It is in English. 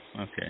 okay